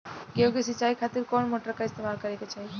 गेहूं के सिंचाई खातिर कौन मोटर का इस्तेमाल करे के चाहीं?